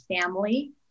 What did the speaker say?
family